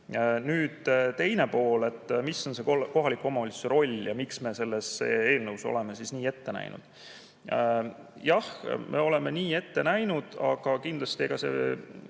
Nüüd teine pool, mis on kohaliku omavalitsuse roll ja miks me selles eelnõus oleme nii ette näinud. Jah, me oleme nii ette näinud, aga kindlasti ega see